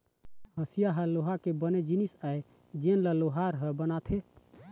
हँसिया ह लोहा के बने जिनिस आय जेन ल लोहार ह बनाथे